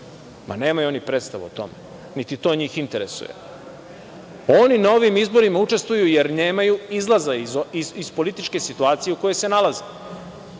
Ma, nemaju oni predstavu o tome, niti to njih interesuje. Oni na ovim izborima učestvuju jer nemaju izlaza iz političke situacije u kojoj se nalaze